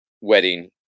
wedding